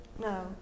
No